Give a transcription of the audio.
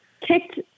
kicked